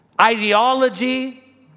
ideology